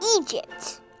Egypt